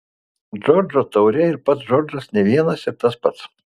džordžo taurė ir pats džordžas ne vienas ir tas pats